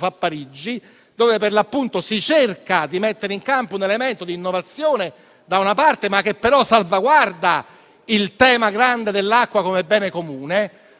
a Parigi, dove per l'appunto si cerca di mettere in campo un elemento d'innovazione, da una parte, che però salvaguarda il grande tema dell'acqua come bene comune,